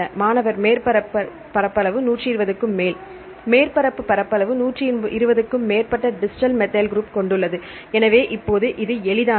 மாணவர் மேற்பரப்பு பரப்பளவு 120 க்கு மேல் மேற்பரப்பு பரப்பளவு 120 க்கும் மேற்பட்ட டிஸ்டல் மெத்தில் குரூப் கொண்டுள்ளது எனவே இப்போது இது எளிதானது